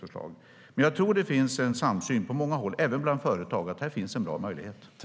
Jag tror dock att det finns en samsyn från många håll, även från företag, i att det finns en bra möjlighet här.